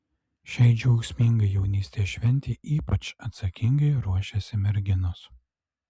šiai džiaugsmingai jaunystės šventei ypač atsakingai ruošiasi merginos